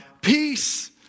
Peace